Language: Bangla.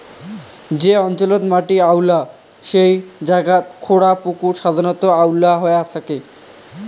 যে অঞ্চলত মাটি আউয়াল সেই জাগাত খোঁড়া পুকুর সাধারণত আউয়াল হয়া থাকে